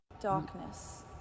Darkness